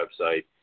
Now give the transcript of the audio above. website